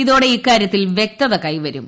ഇതോടെ ഇക്കാര്യത്തിൽ വൃക്തത കൈവരും